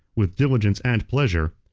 with diligence and pleasure,